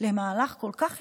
למהלך כל כך היסטורי,